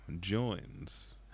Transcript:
joins